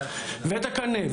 ואת הקנה,